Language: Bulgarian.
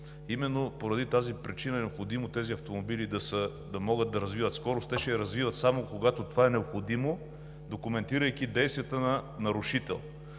Именно поради тази причина е необходимо тези автомобили да могат да развиват скорост. Те ще я развиват само когато това е необходимо, документирайки действията на нарушител.